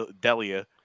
Delia